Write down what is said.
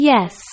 Yes